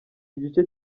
igice